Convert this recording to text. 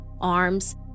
arms